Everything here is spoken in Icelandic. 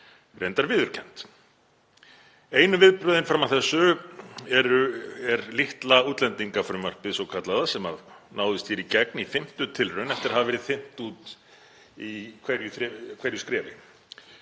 reyndar viðurkennt. Einu viðbrögðin fram að þessu er litla útlendingafrumvarpið svokallaða sem náðist í gegn í fimmtu tilraun eftir að hafa verið þynnt út í hverju skrefi.